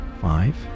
Five